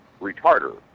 retarder